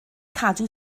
cadw